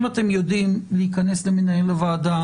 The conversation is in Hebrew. אם אתם יודעים להיכנס למנהל הוועדה